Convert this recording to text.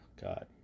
god